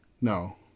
No